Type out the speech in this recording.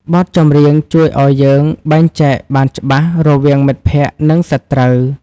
បទចម្រៀងជួយឱ្យយើងបែងចែកបានច្បាស់ រវាងមិត្តភក្តិ និងសត្រូវ។